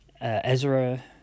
Ezra